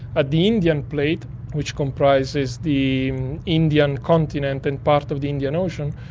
ah the indian plate which comprises the indian continent and part of the indian ocean,